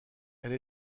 elle